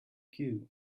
queue